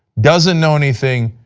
doesn't know anything,